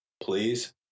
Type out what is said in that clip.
please